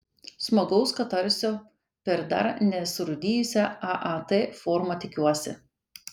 smagaus katarsio per dar nesurūdijusią aat formą tikiuosi